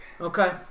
Okay